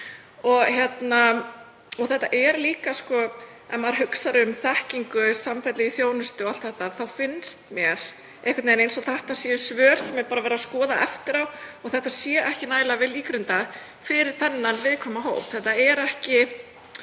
þau hjá Þroskahjálp. Ef maður hugsar um þekkingu, samfellu í þjónustu og allt það þá finnst mér einhvern veginn eins og þetta séu svör sem er bara verið að skoða eftir á og að þetta sé ekki nægilega vel ígrundað fyrir þennan viðkvæma hóp. Þetta er ekki